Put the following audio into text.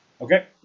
Okay